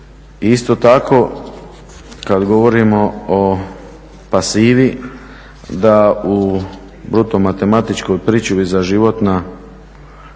isto tako kada govorimo o pasivi da u bruto matematičkoj pričuvi za životna